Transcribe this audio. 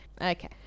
Okay